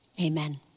Amen